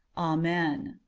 amen.